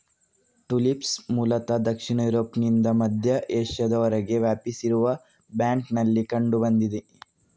tulips ಮೂಲತಃ ದಕ್ಷಿಣ ಯುರೋಪ್ನಿಂದ ಮಧ್ಯ ಏಷ್ಯಾದವರೆಗೆ ವ್ಯಾಪಿಸಿರುವ ಬ್ಯಾಂಡಿನಲ್ಲಿ ಕಂಡು ಬಂದಿದೆ